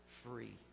Free